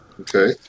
Okay